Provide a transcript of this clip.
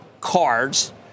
cards—